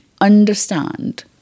understand